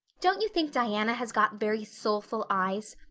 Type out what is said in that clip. don't you think diana has got very soulful eyes?